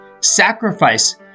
sacrifice